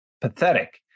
pathetic